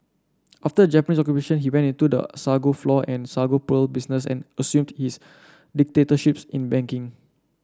after Japanese Occupation he went into the sago flour and sago pearl business and assumed his dictatorships in banking